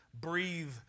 breathe